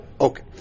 okay